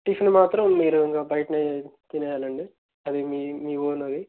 tiffin మాత్రం మీరు బయటనే తినేయాలండీ అది మీ మీ ఓన్ అది